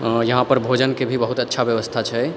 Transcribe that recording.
आओर यहाँपर भोजनके भी बहुत अच्छा बेबस्था छै